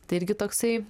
tai irgi toksai